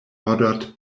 ordered